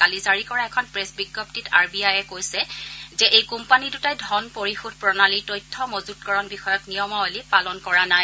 কালি জাৰি কৰা এখন প্ৰেছ্ বিজ্ঞপ্তিত আৰ বি আয়ে কৈছে যে এই কোম্পানী দুটাই ধন পৰিশোধ প্ৰণালীৰ তথ্য মজৃতকৰণ বিষয়ক নিয়মাৱলী পালন কৰা নাই